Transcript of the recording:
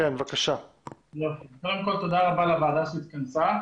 קודם כל תודה רבה לוועדה שהתכנסה.